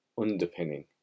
underpinning